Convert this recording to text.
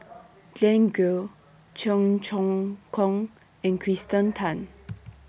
Glen Goei Cheong Choong Kong and Kirsten Tan